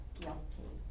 guilty